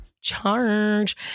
charge